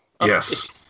Yes